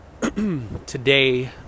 today